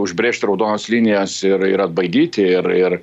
užbrėžti raudonas linijos ir atbaidyti ir ir